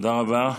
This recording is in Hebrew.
תודה רבה.